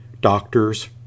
Doctors